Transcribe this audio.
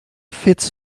fits